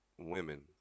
Women